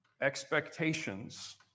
expectations